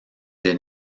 des